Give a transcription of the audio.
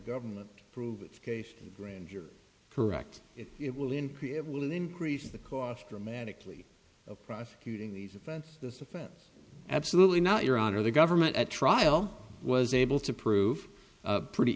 government prove its case granger correct it will increase it will increase the cost dramatically of prosecuting these of this offense absolutely not your honor the government at trial was able to prove pretty